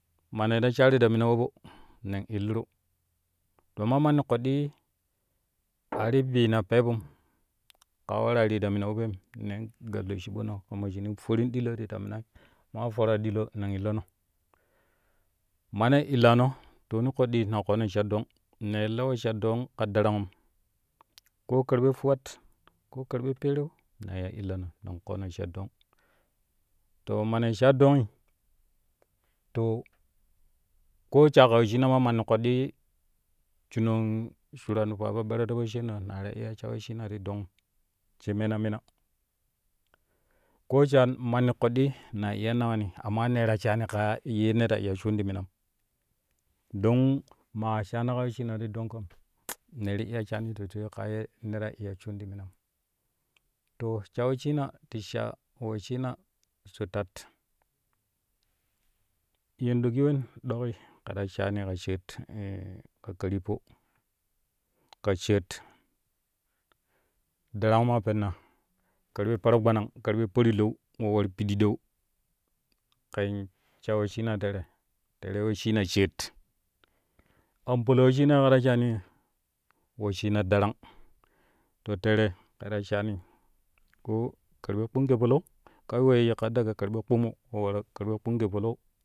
Mane ta sharui ta mina abo nen illiru to man mani koddi a ti bina pebum ka we waraa ri ta mina aboin nen gal ɗoshiɓono kama shini forin ɗiko ti ta minai maa faraa ɗilo nen illono mane illano to woni koddi na koono sha dong ne lewo sha dong ka darangum koo ka ɓe fuwat koo karbe peereu naiya illono nen koono sha dong to mane sha dongi to koo sha ka wesshina mami koɗɗi shuno shuran fuwa po ɓerero po shaarino na ta iya sha wesshina ti dongum sai mena mina ko shaan mani kaɗɗi na iya nawani amma ne ta shaani kaa yeddee na ta shuun ti miram don man shana ka wesshina to dong kam ne ti iya shanim sosai ka ye ne ta iya shuun ti minam to sha wesshina ti sha wesshina sho tat yendogi ɗoki ke ta shaani ka sheet ka karyippo, ka sheet darang ma penna karɓe paragbanang karɓe parlau we war pididou ken sha wesshina tere tere wesshina sheet an palau wesshina ye ke ta shaani wesshina darang to tere ke ta shaani ko karɓe kpumu gee palau kai wee yikka daga karɓe kpumu we wav karɓe gee palau.